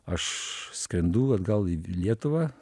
aš skrendu atgal į lietuvą